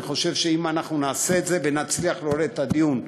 אני חושב שאם אנחנו נעשה את זה ונצליח להוביל את הדיון,